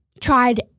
tried